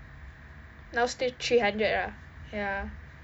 now still three hundred lah ya